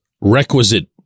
requisite